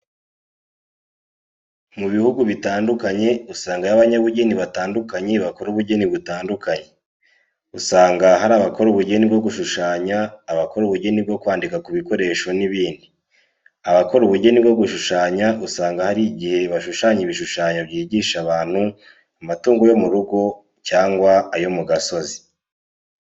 Mu bihugu bitandukanye usangayo abanyabugeni batandukanye bakora ubugeni butandukanye. Usanga hari abakora ubugeni bwo gushushanya, abakora ubugeni bwo kwandika kubikoresho n'ibindi. Abakora ubugeni bwo gushushanya usanga hari igihe bashushanya ibishushanyo byigisha abantu amatungo yo mu rugo cyangwa ayo mu gasozi.